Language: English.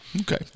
Okay